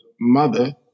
mother